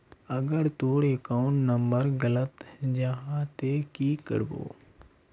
अगर तोर account number गलत जाहा ते की करबो?